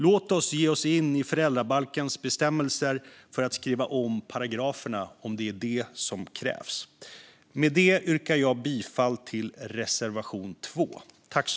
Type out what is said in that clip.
Låt oss ge oss in i föräldrabalkens bestämmelser för att skriva om paragraferna om det är det som krävs! Med det yrkar jag bifall till reservation 2.